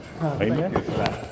Amen